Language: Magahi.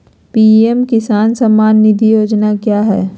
पी.एम किसान सम्मान निधि योजना क्या है?